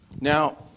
Now